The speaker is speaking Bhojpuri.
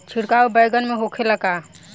छिड़काव बैगन में होखे ला का?